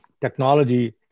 technology